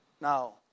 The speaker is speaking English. Now